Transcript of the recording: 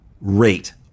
rate